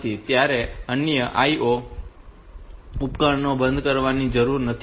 તેથી તમારે અન્ય IO ઉપકરણોને બંધ કરવાની જરૂર નથી હોતી